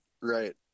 right